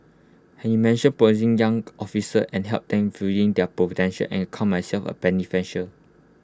he mention promising young officers and helped them fulling their potential and count myself A beneficial